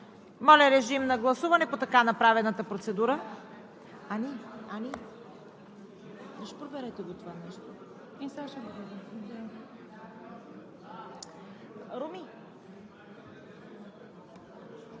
Моля режим на гласуване по така направената процедура.